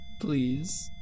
Please